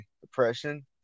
depression